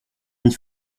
mis